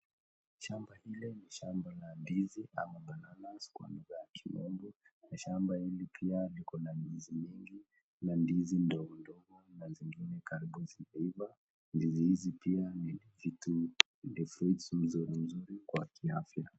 Shamba hili ni shamba la ndizi ama bananas kwa lugha ya kimombo. Shamba hili pia likona ndizi mingi na ndizi ndogo ndogo na zingine karibu zimeiva ndizi hizi pia ni kitu ni fruits mzuri mzuri kwa kiafya.